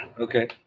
Okay